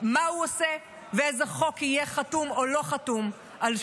מה הוא עושה ועל איזה חוק הוא יהיה חתום או לא חתום בשמו.